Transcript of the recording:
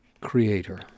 creator